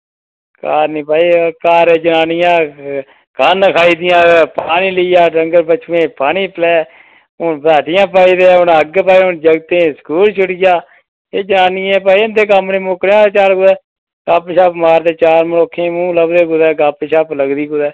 घर निं भाई घर जनानियां कन्न खाई ओड़दियां पानी लेई आ डंगर बच्छुयै ई पानी पलै हून बसाठियां पाई दे हून अग्ग भई जगतें ई स्कूल छुड्डी आ एह् जनानियें भाई इं'दे कम्म नि मुक्कना चल कुदै गप्प शप्प मारचै चार मनुक्खें दे मूंह् लभदे कुदै चल गप्प शप्प लगदी कुदै